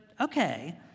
okay